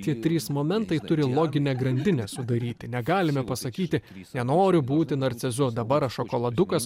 tie trys momentai turi loginę grandinę sudaryti negalime pasakyti nenoriu būti narcizu dabar aš šokoladukas